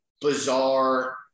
bizarre